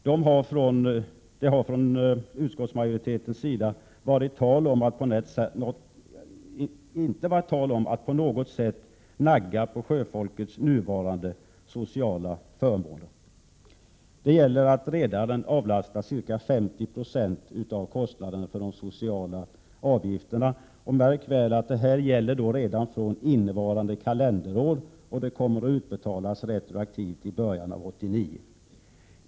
Det har från utskottsmajoritetens sida inte varit tal om att på något sätt nagga på sjöfolkets nuvarande sociala förmåner. Vad det gäller är att redaren avlastas ca 50 96 av kostnaden för de sociala avgifterna. Märk väl, att detta gäller redan fr.o.m. innevarande kalenderår, och pengarna kommer att återbetalas retroaktivt i början av 1989.